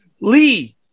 Lee